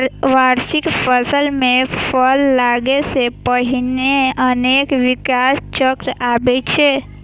बहुवार्षिक फसल मे फल लागै सं पहिने अनेक विकास चक्र आबै छै